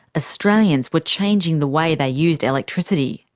australians were changing the way they used electricity.